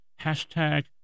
Hashtag